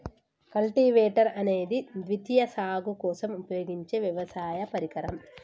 cultivator అనేది ద్వితీయ సాగు కోసం ఉపయోగించే వ్యవసాయ పరికరం